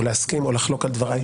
או להסכים או לחלוק על דבריי,